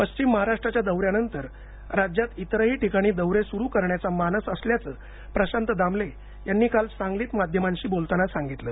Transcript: पश्चिम महाराष्ट्राच्या दौऱ्या नंतर राज्यात इतरही ठिकाणी दौरे सुरू करण्याचा मानस असल्याचं प्रशांत दामले यांनी काल सांगलीत माध्यमांशी बोलताना सांगितलं